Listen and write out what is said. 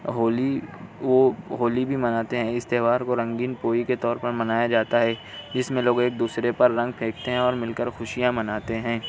ہولی وہ ہولی بھی مناتے ہیں اس تہوار کو رنگین پوئی کے طور پر منایا جاتا ہے جس میں لوگ ایک دوسرے پر رنگ پھینکتے ہیں اور مل کر خوشیاں مناتے ہیں